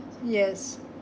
yes